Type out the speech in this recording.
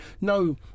no